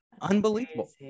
unbelievable